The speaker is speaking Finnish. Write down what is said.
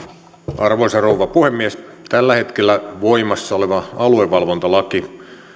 arvoisa rouva puhemies tällä hetkellä voimassa oleva aluevalvontalaki